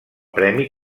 premi